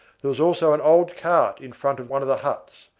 there was also an old cart in front of one of the huts,